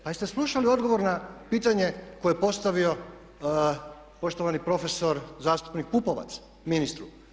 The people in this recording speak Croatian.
Pa jeste slušali odgovor na pitanje koje je postavio poštovani profesor zastupnik Pupovac ministru?